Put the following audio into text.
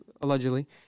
allegedly